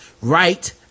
right